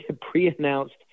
pre-announced